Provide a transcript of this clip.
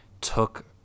took